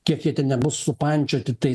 kiek jie ten nebus supančioti tai